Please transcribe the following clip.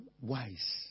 wise